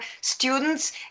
students